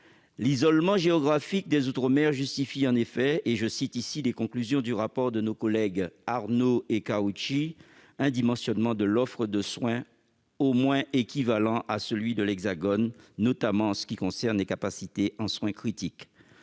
L'isolement géographique des outre-mer justifie, selon les conclusions du rapport de nos collègues Jean-Michel Arnaud et Roger Karoutchi, « un dimensionnement de l'offre de soins au moins équivalent à celui de l'Hexagone », notamment en ce qui concerne les capacités en soins critiques.